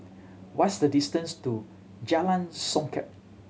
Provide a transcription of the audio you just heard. what's the distance to Jalan Songket